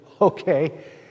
okay